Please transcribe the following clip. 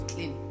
Clean